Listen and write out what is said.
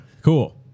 Cool